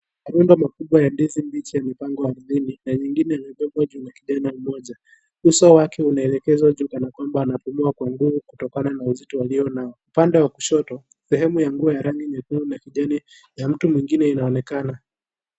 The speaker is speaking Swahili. Migomba kubwa ya ndizi mbichi imepangwa ardhini na ingine imebebwa juu na kijana mmoja. Uso wake unaelekezwa juu kanakwanba anapumua kwa nguvu kutokana na uzito ulio nao. Upande wakushoto sehemu ya nguo ya rangi nyekundu ya kijani inaonekana.